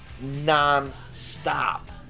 non-stop